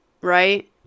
right